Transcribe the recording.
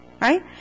right